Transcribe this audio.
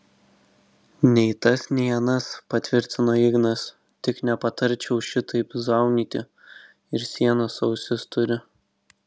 nei tas nei anas patvirtino ignas tik nepatarčiau šitaip zaunyti ir sienos ausis turi